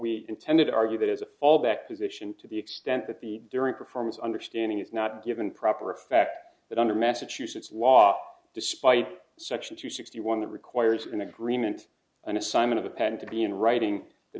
we intended to argue that as a fallback position to the extent that the different reforms understanding is not given proper effect that under massachusetts law despite section two sixty one it requires an agreement an assignment append to be in writing th